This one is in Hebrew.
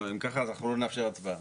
אם כך, אנחנו לא נאפשר הצבעה.